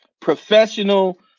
professional